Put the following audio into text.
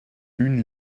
une